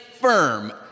firm